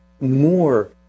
More